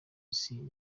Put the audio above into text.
isi